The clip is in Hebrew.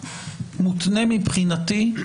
לעניין